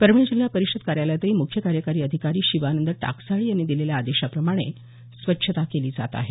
परभणी जिल्हा परिषद कार्यालयातही मुख्य कार्यकारी अधिकारी शिवानंद टाकसाळे यांनी दिलेल्या आदेशाप्रमाणे स्वच्छता केली जात आहे